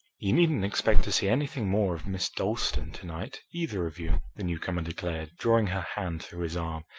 you needn't expect to see anything more of miss dalstan to-night, either of you, the newcomer declared, drawing her hand through his arm,